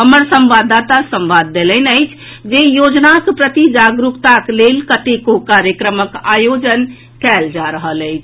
हमर संवाददाता संवाद देलनि अछि जे योजनाक प्रति जागरूकताक लेल कतेको कार्यक्रमक आयोजन कयल जा रहल अछि